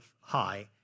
high